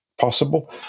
possible